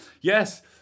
yes